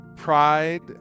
pride